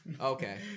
Okay